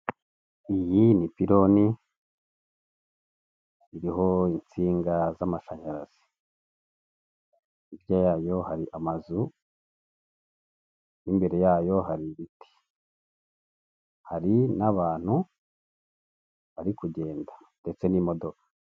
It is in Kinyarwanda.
Iyi ni pironi iriho insinga z'amashanyarazi hirya yayo hari amazu n'imbere yayo hari ibiti, hari n'abantu bari kugenda ndetse n'imodoka.